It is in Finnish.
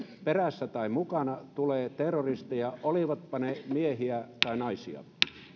perässä tai mukana tulee terroristeja olivatpa he miehiä tai naisia